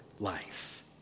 life